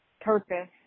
purpose